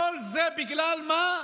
כל זה בגלל מה?